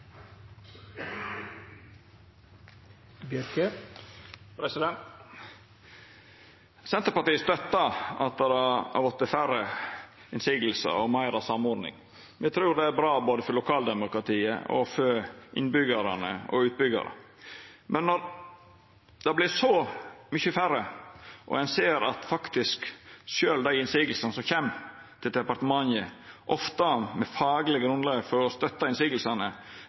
bra både for lokaldemokratiet og for innbyggjarane og for utbyggjarar. Men når det vert så mykje færre, og ein ser at sjølv dei motsegnene som kjem til departementet – ofte med eit fagleg grunnlag for å støtta